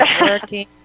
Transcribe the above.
working